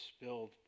spilled